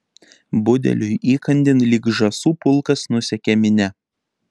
budeliui įkandin lyg žąsų pulkas nusekė minia